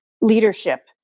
leadership